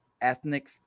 ethnic